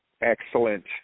Excellent